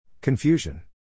Confusion